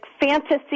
fantasy